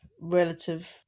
relative